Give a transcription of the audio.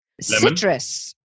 Citrus